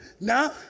Now